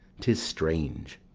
tis strange.